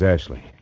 Ashley